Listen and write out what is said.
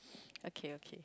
okay okay